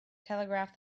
telegraph